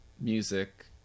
music